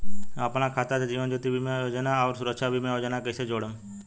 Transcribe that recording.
हम अपना खाता से जीवन ज्योति बीमा योजना आउर सुरक्षा बीमा योजना के कैसे जोड़म?